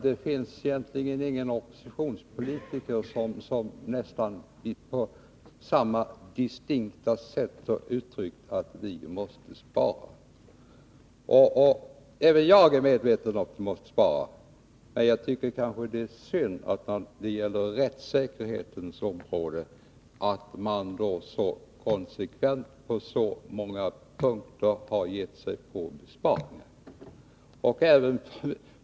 Det finns ingen oppositionspolitiker som på samma distinkta sätt har uttryckt att vi måste spara. Även jag är medveten om att vi måste spara. Men jag tycker att det är synd att man när det gäller rättssäkerhetens område så konsekvent och på så många punkter gett sig in på besparingar.